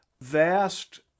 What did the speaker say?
vast